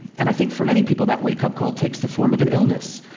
and i think for many people, that wake-up call takes the form of an illness.